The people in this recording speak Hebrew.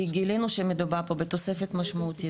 כי גילינו מדובר פה בתוספת משמעותית,